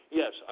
yes